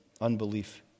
unbelief